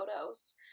photos